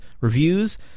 reviews